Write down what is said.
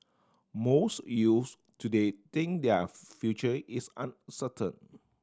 most youths today think their future is uncertain